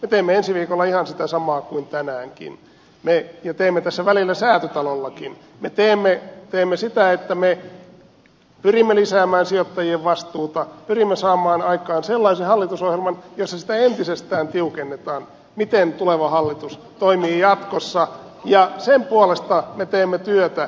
me teemme ensi viikolla ihan sitä samaa kuin tänäänkin ja teemme tässä välillä säätytalollakin me teemme sitä että me pyrimme lisäämään sijoittajien vastuuta pyrimme saamaan aikaan sellaisen hallitusohjelman jossa sitä entisestään tiukennetaan miten tuleva hallitus toimii jatkossa ja sen puolesta me teemme työtä